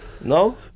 no